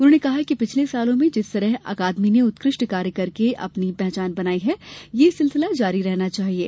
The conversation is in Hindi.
उन्होंने कहा कि पिछले वर्षो में जिस तरह अकादमी ने उत्कृष्ट कार्य करके अपने पहचान बनाई है ये सिलसिल जारी रहना चाहिये